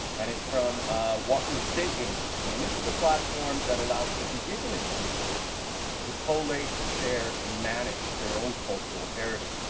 and it's from washington state university. and this is a platform that allows for indigenous communities i mean to collate, share, and manage their own cultural heritage.